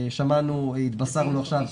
התבשרנו עכשיו,